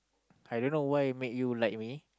I don't know why make you like me